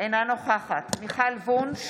אינה נוכחת מיכל וונש,